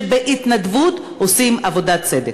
שבהתנדבות עושים עבודת צדק.